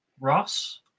Ross